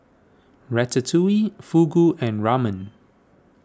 Ratatouille Fugu and Ramen